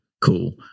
Cool